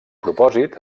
propòsit